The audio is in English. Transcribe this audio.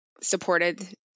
supported